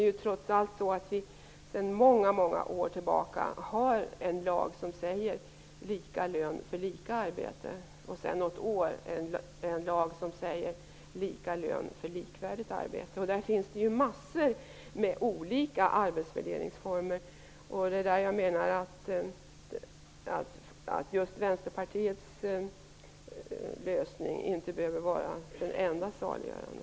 Vi har trots allt sedan många år tillbaka haft en lag som säger att det skall vara lika lön för lika arbete, och sedan något år har vi haft en lag som säger lika lön för likvärdigt arbete. Det finns mängder av olika arbetsvärderingsmetoder. Vänsterpartiets lösning behöver inte vara den enda saliggörande.